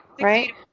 right